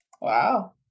Wow